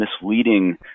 misleading